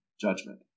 judgment